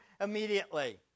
immediately